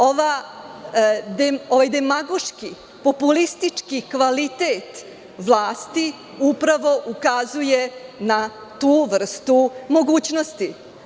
Ovaj demagoški, populistički kvalitet vlasti upravo ukazuje na tu vrstu mogućnosti.